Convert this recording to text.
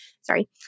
Sorry